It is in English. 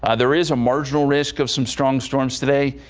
ah there is a marginal risk of some strong storms today.